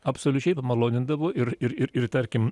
absoliučiai pamalonindavo ir ir ir ir tarkim